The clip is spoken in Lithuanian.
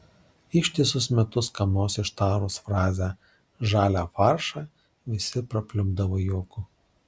ištisus metus kam nors ištarus frazę žalią faršą visi prapliupdavo juoku